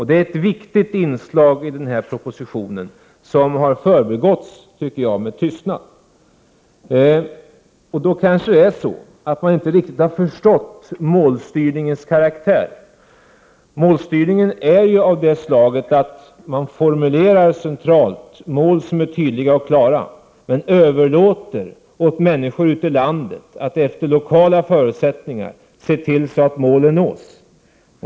Det är ett viktigt inslag i denna proposition, vilket har förbigåtts med tystnad. Då kanske man inte har förstått målstyrningens karaktär. Målstyrningen är av det slaget att man centralt formulerar mål som är tydliga och klara, men överlåter åt människor ute i landet att efter lokala förutsättningar se till att målen nås.